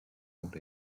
old